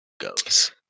goes